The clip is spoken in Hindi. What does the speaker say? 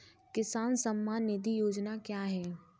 किसान सम्मान निधि योजना क्या है?